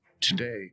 Today